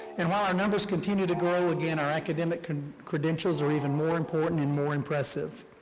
and while our numbers continue to grow, again, our academic and credentials are even more important and more impressive.